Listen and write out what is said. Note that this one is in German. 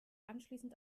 anschließend